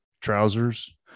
trousers